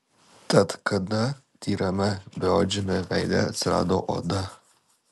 tad kada tyrame beodžiame veide atsirado oda